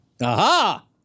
Aha